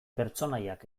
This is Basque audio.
pertsonaiak